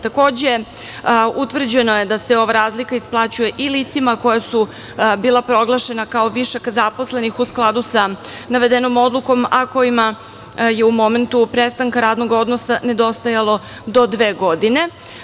Takođe, utvrđeno je da se ova razlika isplaćuje i licima koja su bila proglašena kao višak zaposlenih u skladu sa navedenom odlukom, a kojima je u momentu prestanka radnog odnosa nedostajalo do dve godine.